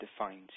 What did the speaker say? defines